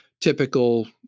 typical